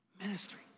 ministry